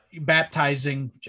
baptizing